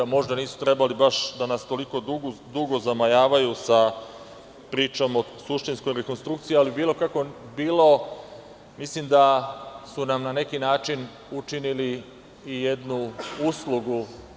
Možda nisu trebali baš da nas toliko dugo zamajavaju sa pričom o suštinskoj rekonstrukciji, ali, bilo kako bilo, mislim da su nam na neki način učinili i jednu uslugu.